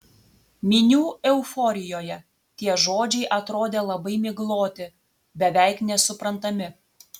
minių euforijoje tie žodžiai atrodė labai migloti beveik nesuprantami